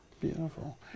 Beautiful